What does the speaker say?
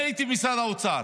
אני הייתי במשרד האוצר.